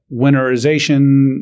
winterization